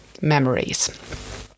memories